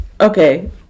Okay